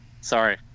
Sorry